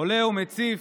עולה ומציף,